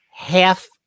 half